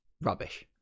rubbish